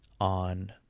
on